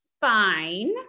fine